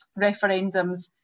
referendums